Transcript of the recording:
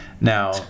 Now